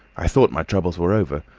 i thought my troubles were over.